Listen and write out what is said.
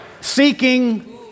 seeking